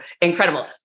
incredible